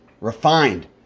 refined